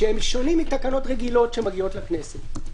שהם שונים מתקנות רגילות שמגיעות לכנסת: